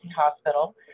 hospital